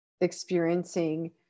experiencing